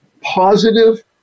positive